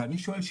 אני שואל,